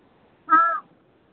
हाँ